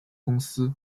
公司